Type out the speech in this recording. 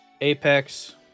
Apex